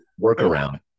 workaround